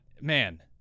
Man